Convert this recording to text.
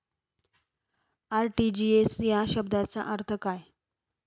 RTGS या शब्दाचा अर्थ काय?